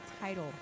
title